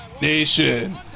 Nation